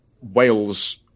Wales